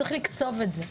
צריך לקצוב את זה.